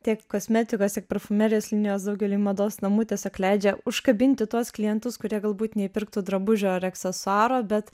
tiek kosmetikos tiek parfumerijos linijos daugeliui mados namų tiesiog leidžia užkabinti tuos klientus kurie galbūt neįpirktų drabužio ar aksesuaro bet